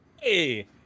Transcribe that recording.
Hey